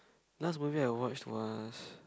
last movie I watched was